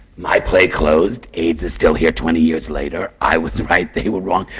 my play closed. aids is still here twenty years later. i was right, they were wrong!